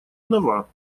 нова